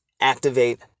activate